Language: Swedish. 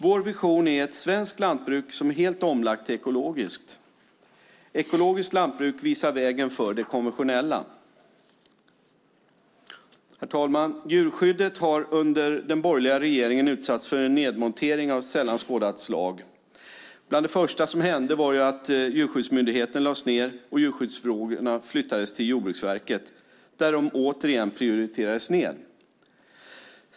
Vår vision är ett svenskt lantbruk som är helt omlagt till ekologiskt. Ekologiskt lantbruk visar vägen för det konventionella. Herr talman! Djurskyddet har under den borgerliga regeringen utsatts för en nedmontering av sällan skådat slag. Bland det första som hände var att Djurskyddsmyndigheten lades ned och djurskyddsfrågorna flyttades till Jordbruksverket, där de återigen prioriterades ned.